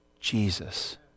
Jesus